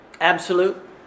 absolute